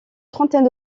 trentaine